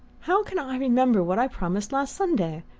how can i remember what i promised last sunday?